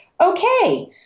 okay